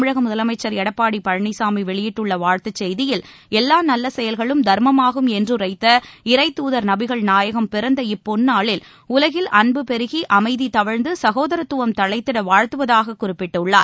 தமிழக முதலமைச்சர் எடப்பாடி பழனிச்சாமி வெளியிட்டுள்ள வாழ்த்துச் செய்தியில் எல்லா நல்ல செயல்களும் தர்மமாகும் என்றுரைத்த இறைத்துதர் நபிகள் நாயகம் பிறந்த இப்பொன்னாளில் உலகில் அன்பு பெருகி அமைதி தவழ்ந்து சகோதரத்துவம் தழைத்திட வாழ்த்துவதாக குறிப்பிட்டுள்ளார்